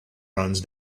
runs